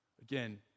Again